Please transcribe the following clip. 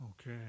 Okay